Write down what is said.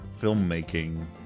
filmmaking